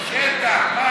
בשטח.